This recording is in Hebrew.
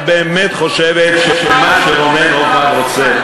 את באמת חושבת שזה מה שרונן הופמן רוצה?